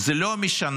זה לא משנה.